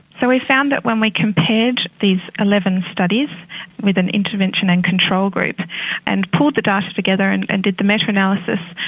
so we found that when we compared these eleven studies with an intervention and control group and pulled the data together and and did the meta-analysis,